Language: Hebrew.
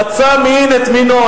מצא מין את מינו,